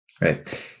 Right